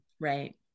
right